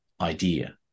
idea